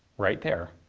right there.